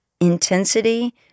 intensity